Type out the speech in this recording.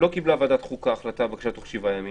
לא קיבלה ועדת חוקה החלטה תוך שבעה ימים,